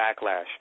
backlash